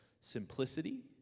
simplicity